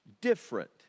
different